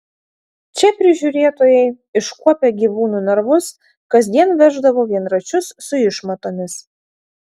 čia prižiūrėtojai iškuopę gyvūnų narvus kasdien veždavo vienračius su išmatomis